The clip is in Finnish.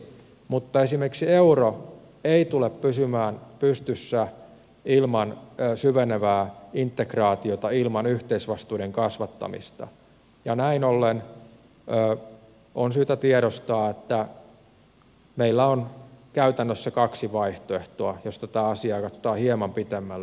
mutta esimerkiksi euro ei tule pysymään pystyssä ilman syvenevää integraatiota ilman yhteisvastuiden kasvattamista ja näin ollen on syytä tiedostaa että meillä on käytännössä kaksi vaihtoehtoa jos tätä asiaa katsotaan hieman pitemmälle